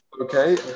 okay